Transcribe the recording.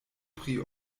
pri